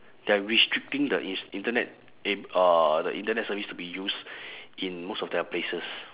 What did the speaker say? they are restricting the ins~ internet ab~ uh the internet service to be used in most of their places